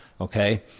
okay